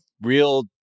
real